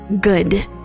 good